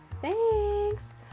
Thanks